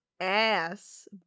ass